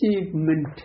achievement